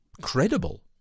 credible